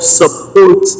support